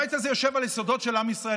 הבית הזה יושב על יסודות של עם ישראל,